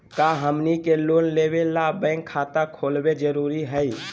का हमनी के लोन लेबे ला बैंक खाता खोलबे जरुरी हई?